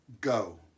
go